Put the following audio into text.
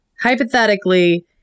Hypothetically